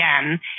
again